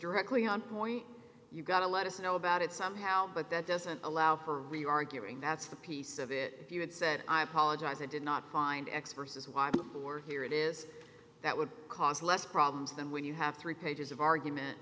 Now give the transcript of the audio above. directly on point you've got to let us know about it somehow but that doesn't allow for re arguing that's the piece of it if you had said i apologize i did not find x versus y before here it is that would cause less problems than when you have three pages of argument